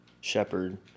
shepherd